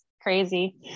crazy